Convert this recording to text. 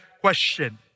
question